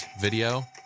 video